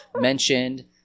mentioned